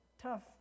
tough